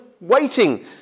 waiting